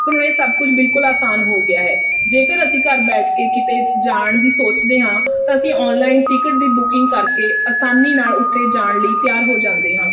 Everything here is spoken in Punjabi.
ਹੁਣ ਇਹ ਸਭ ਕੁਝ ਬਿਲਕੁਲ ਆਸਾਨ ਹੋ ਗਿਆ ਹੈ ਜੇਕਰ ਅਸੀਂ ਘਰ ਬੈਠ ਕੇ ਕਿਤੇ ਜਾਣ ਦੀ ਸੋਚਦੇ ਹਾਂ ਤਾਂ ਅਸੀਂ ਔਨਲਾਈਨ ਟਿਕਟ ਦੀ ਬੁਕਿੰਗ ਕਰਕੇ ਆਸਾਨੀ ਨਾਲ਼ ਉੱਤੇ ਜਾਣ ਲਈ ਤਿਆਰ ਹੋ ਜਾਂਦੇ ਹਾਂ